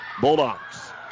Bulldogs